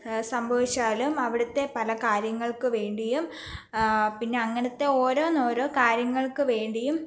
സംഭവിച്ചാലും അവിടത്തെ പല കാര്യങ്ങൾക്കുവേണ്ടിയും പിന്നെ അങ്ങനത്തെ ഓരോന്നോരോ കാര്യങ്ങൾക്കുവേണ്ടിയും